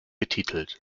betitelt